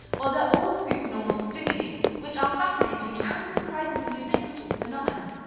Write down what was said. well they're all supernormal stimuli, which are fascinating and surprisingly ubiquitous phenomena.